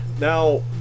Now